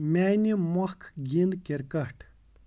میانہِ مۄکھ گِنٛد کِرکَٹھ